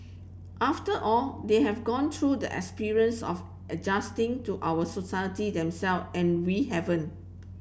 after all they have gone through the experience of adjusting to our society themselves and we haven't